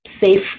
safe